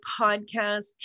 podcast